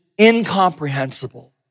incomprehensible